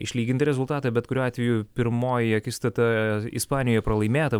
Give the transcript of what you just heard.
išlyginti rezultatą bet kuriuo atveju pirmoji akistata ispanijoj pralaimėta